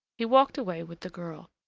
he walked away with the girl.